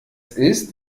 ist